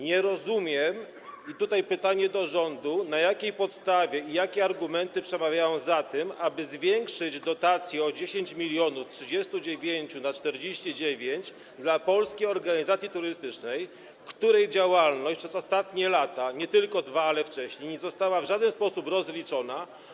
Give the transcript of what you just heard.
Nie rozumiem - i tutaj pytanie do rządu - na jakiej podstawie, jakie argumenty przemawiają za tym, aby zwiększyć o 10 mln, z 39 na 49, dotację dla Polskiej Organizacji Turystycznej, której działalność przez ostatnie lata - nie tylko 2 lata, ale też wcześniej - nie została w żaden sposób rozliczona.